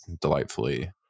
delightfully